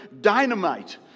dynamite